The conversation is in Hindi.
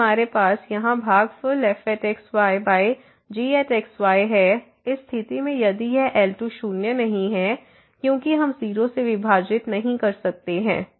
यदि हमारे यहाँ भागफल fx y gx y है इस स्थिति में यदि यह L2 शून्य नहीं है क्योंकि हम 0 से विभाजित नहीं कर सकते हैं